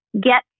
get